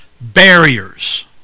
barriers